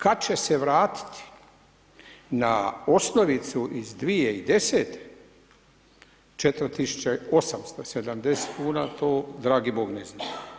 Kad će se vratiti na osnovicu iz 2010. 4.870 kuna to dragi bog ne zna.